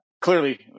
clearly